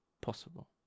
possible